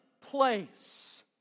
place